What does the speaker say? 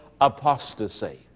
apostasy